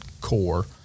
core